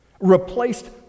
replaced